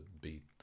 beat